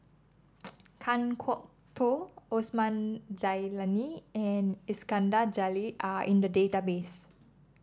Kan Kwok Toh Osman Zailani and Iskandar Jalil are in the database